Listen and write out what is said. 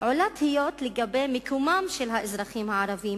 עולות תהיות לגבי מיקומם של האזרחים הערבים